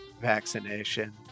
vaccination